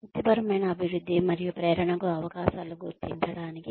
వృత్తిపరమైన అభివృద్ధి మరియు ప్రేరణకు అవకాశాలు గుర్తించడానికి